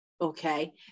okay